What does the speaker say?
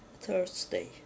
Thursday